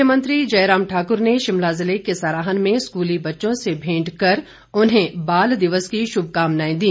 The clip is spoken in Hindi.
मुख्यमंत्री जयराम ठाक्र ने शिमला जिले के सराहन में स्कूली बच्चों से भेंट कर उन्हें बाल दिवस की श्रभकामनाएं दी